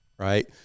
Right